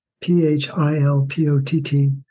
P-H-I-L-P-O-T-T